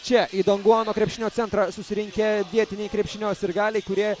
čia į donguano krepšinio centrą susirinkę vietiniai krepšinio sirgaliai kurie